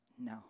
No